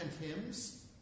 hymns